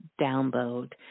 download